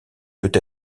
peut